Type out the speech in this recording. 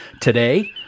today